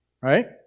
right